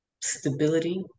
stability